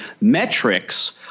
Metrics